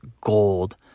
gold